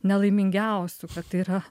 nelaimingiausių bet tai yra